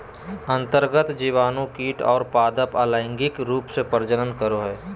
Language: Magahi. अन्तर्गत जीवाणु कीट और पादप अलैंगिक रूप से प्रजनन करो हइ